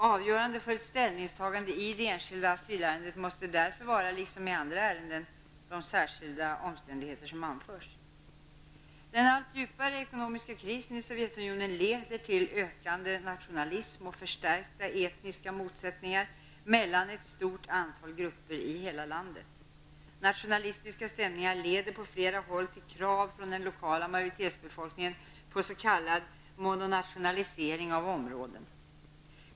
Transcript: Avgörande för ett ställningstagande i det enskilda asylärendet måste därför vara, liksom i andra ärenden, de särskilda omständigheter som anförs. Sovjetunionen leder till ökande nationalism och förstärkta etniska motsättningar mellan ett stort antal grupper i hela landet. Nationalistiska stämningar leder på flera håll till krav från den lokala majoritetsbefolkningen på s.k. mononationalisering av områden.